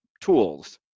tools